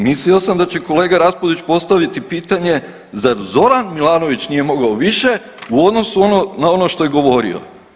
Mislio sam da će kolega Raspudić postaviti pitanje, zar Zoran Milanović nije mogao više u odnosu na ono što je govorio.